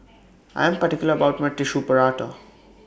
I Am particular about My Tissue Prata